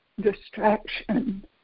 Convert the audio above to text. distraction